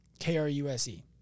K-R-U-S-E